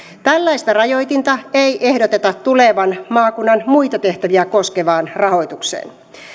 tällaista rajoitinta ei ehdoteta tulevan maakunnan muita tehtäviä koskevaan rahoitukseen